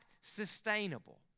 sustainable